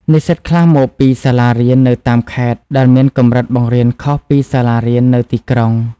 និស្សិតខ្លះមកពីសាលារៀននៅតាមខេត្ត ដែលមានកម្រិតបង្រៀនខុសពីសាលារៀននៅទីក្រុង។